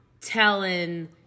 telling